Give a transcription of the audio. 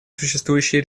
существующие